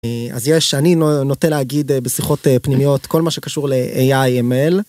אז יש, אני נוטה להגיד בשיחות פנימיות, כל מה שקשור ל-AI/ML.